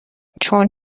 چون